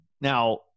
Now